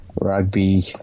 Rugby